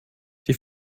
die